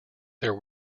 their